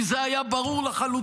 כי זה היה ברור לחלוטין,